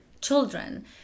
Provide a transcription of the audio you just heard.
children